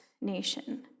nation